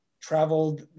traveled